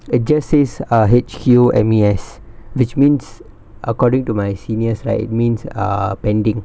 it just says err H_Q_M_A_S which means according to my seniors right means uh pending